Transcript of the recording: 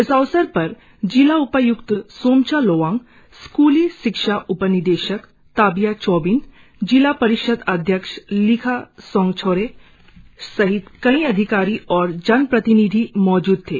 इस अवसर पर जिला उपाय्क्त सोमचा लोवांग स्कूली शिक्षा उपनिदेशक ताबिया चोबिन जिला परीषद अध्यक्ष लिखा सांगछोरे सहित कई अधिकारी और जनप्रतिनीधि मौजूद थे